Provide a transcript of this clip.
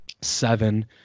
seven